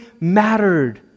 mattered